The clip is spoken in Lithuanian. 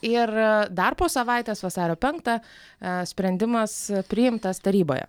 ir dar po savaitės vasario penktą ee sprendimas priimtas taryboje